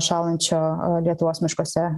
šąlančio lietuvos miškuose